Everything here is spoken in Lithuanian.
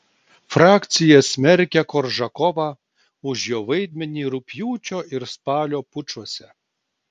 frakcija smerkia koržakovą už jo vaidmenį rugpjūčio ir spalio pučuose